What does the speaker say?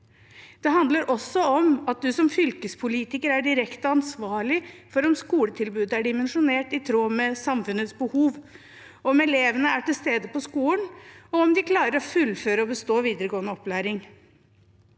Det handler også om at en som fylkespolitiker er direkte ansvarlig for at skoletilbudet er dimensjonert i tråd med samfunnets behov, at elevene er til stede på skolen, og at de klarer å fullføre og bestå videregående opplæring.